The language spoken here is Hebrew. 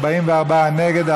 44 נגד.